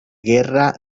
guerra